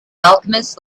alchemist